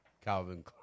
Calvin